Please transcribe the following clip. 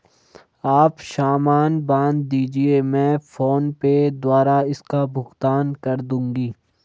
आप सामान बांध दीजिये, मैं फोन पे द्वारा इसका भुगतान कर दूंगी